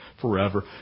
forever